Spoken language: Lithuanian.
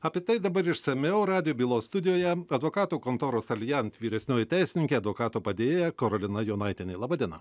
apie tai dabar išsamiau radijo bylos studijoje advokatų kontoros alijent vyresnioji teisininkė advokato padėjėja karolina jonaitienė laba diena